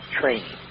training